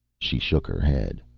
she shook her head.